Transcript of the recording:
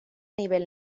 nivel